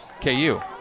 KU